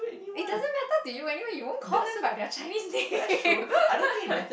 it doesn't matter to you anyway you won't call them by their Chinese name